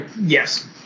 Yes